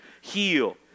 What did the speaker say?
heal